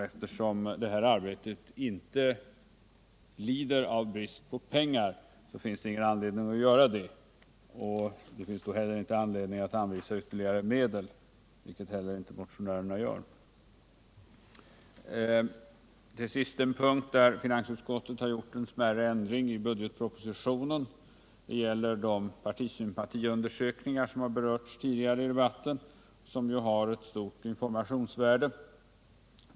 Eftersom ifrågavarande arbete inte lider av brist på pengar finns det inte anledning att göra någon omprioritering. Det finns inte heller någon anledning att anvisa ytterligare medel, något som inte heller motionärerna begär. Till sist en punkt där finansutskottet har gjort en smärre ändring i budgetpropositionen. Det gäller de sympatiundersökningar som berörts tidigare i debatten, som ju har ett stort informationsvärde.